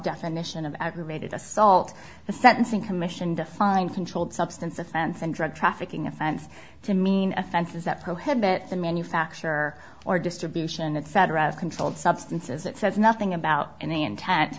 definition of aggravated assault the sentencing commission the fine controlled substance offense and drug trafficking offense to mean offenses that prohibit the manufacture or distribution etc of controlled substances it says nothing about any intent